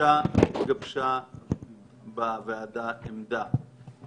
התגבשה בוועדה עמדה.